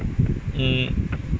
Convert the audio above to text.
um